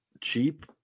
cheap